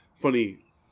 funny